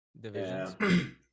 divisions